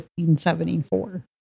1574